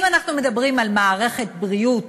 אם אנחנו מדברים על מערכת הבריאות